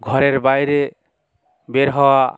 ঘরের বাইরে বের হওয়া